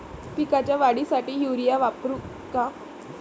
पिकाच्या वाढीसाठी युरिया वापरू का?